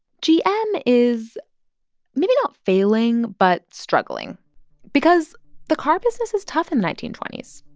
gm is maybe not failing but struggling because the car business is tough in the nineteen twenty s.